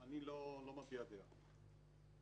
אני לא מביע דעה.